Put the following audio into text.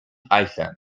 island